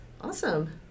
Awesome